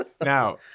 now